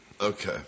okay